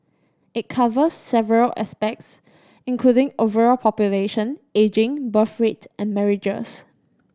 it covers several aspects including overall population ageing birth rate and marriages